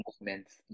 movements